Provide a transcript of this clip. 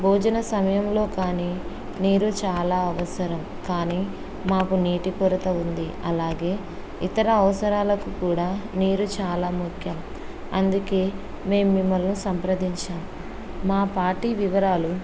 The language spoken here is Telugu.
భోజన సమయంలో కానీ నీరు చాలా అవసరం కానీ మాకు నీటి కొరత ఉంది అలాగే ఇతర అవసరాలకు కూడా నీరు చాలా ముఖ్యం అందుకే మేము మిమ్మల్ని సంప్రదించాము మా పార్టీ వివరాలు